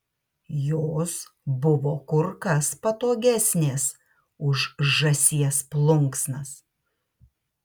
jos buvo kur kas patogesnės už žąsies plunksnas